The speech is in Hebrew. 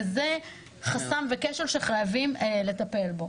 וזה חסם וכשל שחייבים לטפל בו.